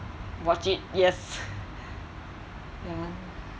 watch it yes ya